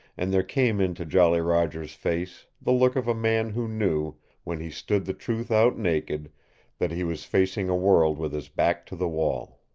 and there came into jolly roger's face the look of a man who knew when he stood the truth out naked that he was facing a world with his back to the wall.